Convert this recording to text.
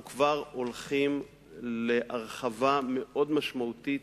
אנחנו הולכים להרחבה מאוד משמעותית